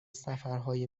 سفرهای